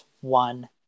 one